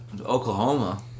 oklahoma